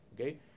Okay